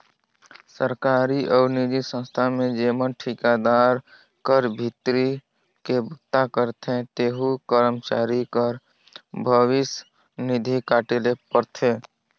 सरकारी अउ निजी संस्था में जेमन ठिकादार कर भीतरी में बूता करथे तेहू करमचारी कर भविस निधि काटे ले परथे